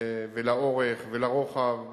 לאורך ולרוחב,